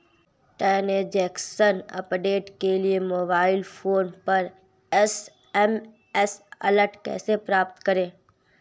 Transaction update के लिए mobile phone पर एस.एम.एस अलर्ट कैसे प्राप्त करें?